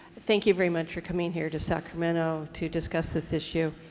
thank you very much for coming here to sacramento to discuss this issue.